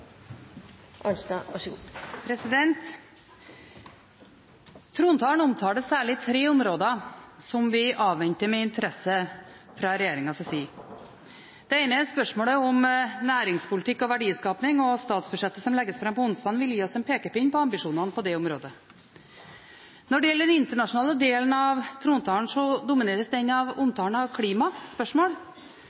Stortinget, kontra så og seie samtlege andre parlament i verda. Replikkordskiftet er omme. Trontalen omtaler særlig tre områder som vi avventer med interesse fra regjeringens side. Det ene er spørsmålet om næringspolitikk og verdiskaping, og statsbudsjettet som legges fram på onsdag, vil gi oss en pekepinn om ambisjonene på det området. Når det gjelder den internasjonale delen av trontalen, domineres den av omtalen av